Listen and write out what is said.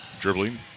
dribbling